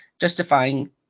justifying